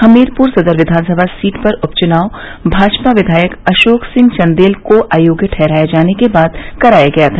हमीरपुर सदर विधानसभा सीट पर उप चुनाव भाजपा विधायक अशोक सिंह चन्देल को अयोग्य ठहराये जाने के बाद कराया गया था